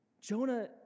Jonah